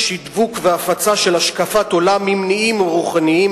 שיווק והפצה של השקפת עולם ממניעים רוחניים,